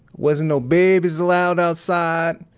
wasn't no babies allowed outside.